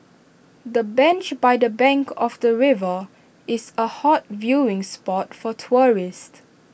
the bench by the bank of the river is A hot viewing spot for tourists